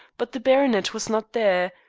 but the baronet was not there,